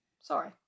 Sorry